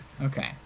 Okay